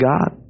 God